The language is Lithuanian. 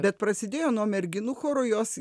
bet prasidėjo nuo merginų choro jos